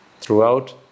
throughout